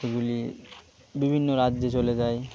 সেগুলি বিভিন্ন রাজ্যে চলে যায়